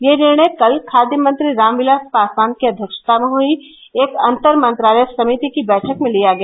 यह निर्णय कल खाद्य मंत्री रामविलास पासवान की अध्यक्षता में हुई एक अन्तर मंत्रालय समिति की बैठक में लिया गया